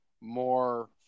more –